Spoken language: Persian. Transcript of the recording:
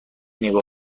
نگاه